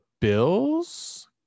bills